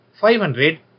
500